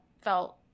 felt